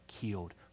killed